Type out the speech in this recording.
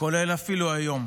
כולל אפילו היום.